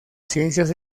ciencias